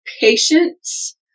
patience